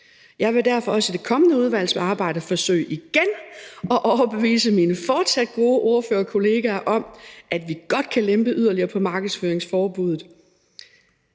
Jeg vil derfor også i det kommende udvalgsarbejde igen forsøge at overbevise mine fortsat gode ordførerkollegaer om, at vi godt kan lempe yderligere på markedsføringsforbuddet.